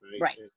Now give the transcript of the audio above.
Right